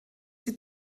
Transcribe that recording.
die